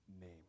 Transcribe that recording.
name